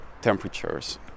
temperatures